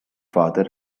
father